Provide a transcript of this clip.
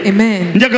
Amen